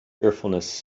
cheerfulness